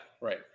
right